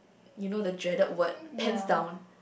you know the Jaden word pen down